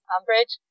Umbridge